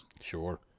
Sure